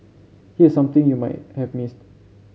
here's something you might have missed